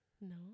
No